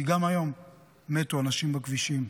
כי גם היום מתו אנשים בכבישים,